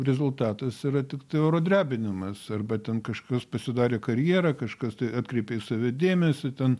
rezultatas yra tiktai oro drebinimas arba ten kažkas pasidarė karjerą kažkas tai atkreipė į save dėmesį ten